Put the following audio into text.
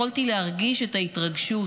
יכולתי להרגיש את ההתרגשות,